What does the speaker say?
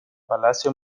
palacio